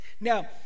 now